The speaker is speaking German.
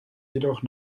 jedoch